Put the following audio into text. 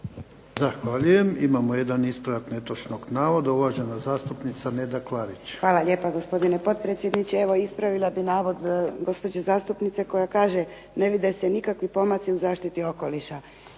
Zahvaljujem. Imamo jedan ispravak netočnog navoda, uvažena zastupnica Neda Klarić. **Klarić, Nedjeljka (HDZ)** Hvala lijepa gospodine potpredsjedniče. Evo ispravila bih navod gospođe zastupnice koja kaže ne vide se nikakvi pomaci u zaštiti okoliša.